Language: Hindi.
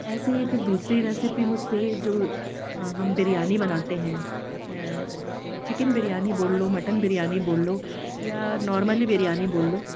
ऐसे ही फिर दूसरी रेसिपी मुझसे जो हम बिरयानी बनाते हैं चिकन बिरयानी बोल लो मटन बिरयानी बोल लो या नॉर्मली बिरयानी बोल लो